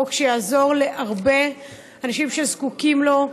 חוק שיעזור להרבה אנשים שזקוקים לו,